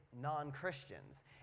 non-Christians